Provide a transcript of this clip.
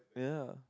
yeah